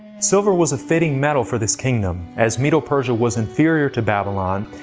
silver was a fitting metal for this kingdom, as medo-persia was inferior to babylon,